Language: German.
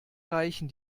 reichen